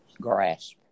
grasp